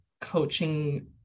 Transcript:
coaching